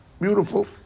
Beautiful